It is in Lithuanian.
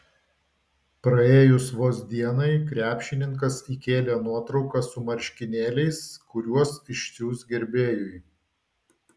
praėjus vos dienai krepšininkas įkėlė nuotrauką su marškinėliais kuriuos išsiųs gerbėjui